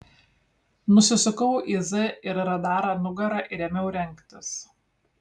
nusisukau į z ir radarą nugara ir ėmiau rengtis